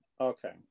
Okay